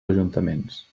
ajuntaments